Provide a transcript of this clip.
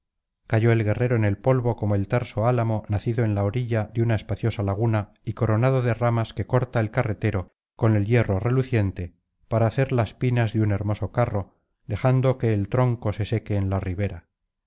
cayó el guerrero en el polvo como el terso álamo nacido en la orilla de una espaciosa laguna y corona do de ramas que corta el carretero con el hierro reluciente para hacer las pinas de un hermoso carro dejando que el tronco se seque en la ribera